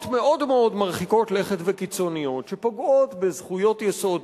מאוד מאוד מרחיקות לכת וקיצוניות שפוגעות בזכויות יסוד,